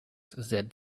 said